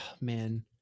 man